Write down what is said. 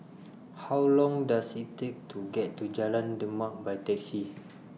How Long Does IT Take to get to Jalan Demak By Taxi